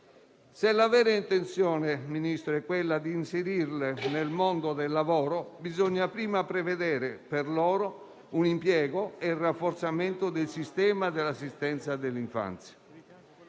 Se la vera intenzione, Ministro, è quella di inserire le donne nel mondo del lavoro, bisogna prima prevedere per loro un impiego e il rafforzamento del sistema dell'assistenza all'infanzia.